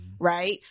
right